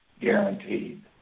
guaranteed